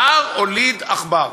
ההר הוליד עכבר.